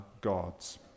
gods